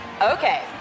Okay